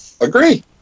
Agree